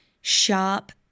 sharp